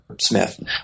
Smith